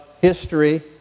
history